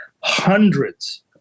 hundreds